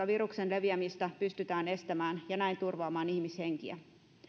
viruksen leviämistä pystytään estämään ja näin turvaamaan ihmishenkiä